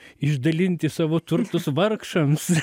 išdalinti savo turtus vargšams